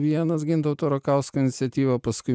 vienas gintauto rakausko iniciatyva paskui